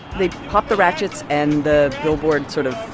they pop the ratchets, and the billboard sort of,